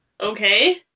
Okay